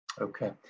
Okay